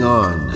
on